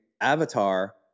avatar